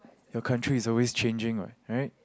your country is always changing what right